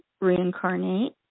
reincarnate